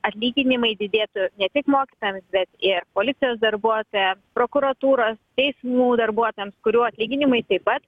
atlyginimai didėtų ne tik mokytojams bet ir policijos darbuotojams prokuratūros teismų darbuotojams kurių atlyginimai taip pat